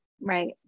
Right